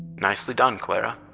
nicely done, clara.